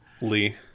Lee